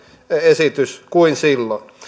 esitys kuin silloin